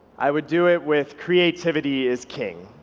i would do it with creativity is king.